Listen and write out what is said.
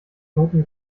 knoten